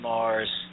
Mars